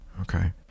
Okay